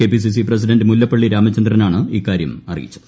KPCC president Mullappally രാമചന്ദ്രനാണ് ഇക്കാര്യം അറിയിച്ചത്